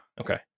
Okay